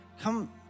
come